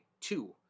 two